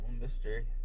mystery